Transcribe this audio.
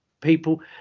people